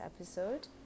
episode